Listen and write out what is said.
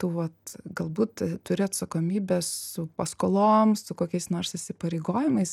tu vat galbūt turi atsakomybės su paskolom su kokiais nors įsipareigojimais